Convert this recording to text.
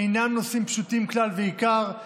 אינם נושאים פשוטים כלל ועיקר,